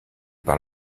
par